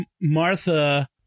Martha